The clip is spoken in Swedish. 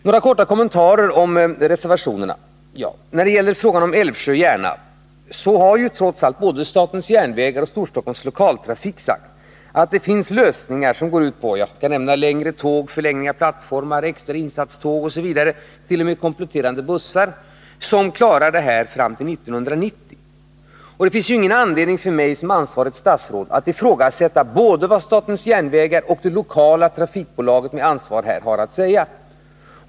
Några korta kommentarer till reservationerna: När det gäller frågan om Älvsjö-Järna har trots allt både statens järnvägar och Storstockholms Lokaltrafik sagt att det finns lösningar som går ut på längre tåg, längre plattformar, extra insatståg och t.o.m. kompletterande bussar och som klarar situationen fram till 1990. Det finns ingen anledning för mig som ansvarigt statsråd att ifrågasätta vad både statens järnvägar och det lokala trafikbolaget med ansvar här har att säga.